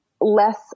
less